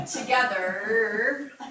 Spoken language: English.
together